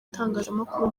itangazamakuru